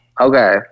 okay